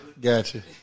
gotcha